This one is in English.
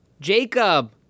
Jacob